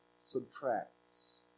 subtracts